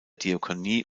diakonie